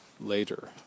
later